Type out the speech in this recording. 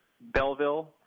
Belleville